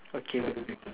okay wait